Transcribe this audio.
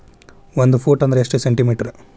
ಒಂದು ಫೂಟ್ ಅಂದ್ರ ಎಷ್ಟು ಸೆಂಟಿ ಮೇಟರ್?